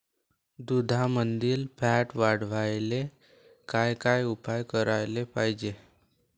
दुधामंदील फॅट वाढवायले काय काय उपाय करायले पाहिजे?